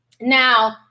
Now